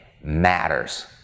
matters